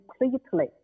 completely